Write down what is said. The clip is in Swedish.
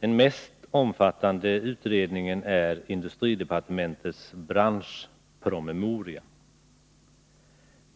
Den mest omfattande utredningen är industridepartementets branschpromemoria.